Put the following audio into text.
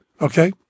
Okay